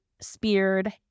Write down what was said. speared